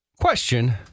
Question